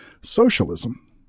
Socialism